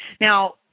Now